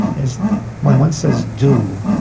is when one says du,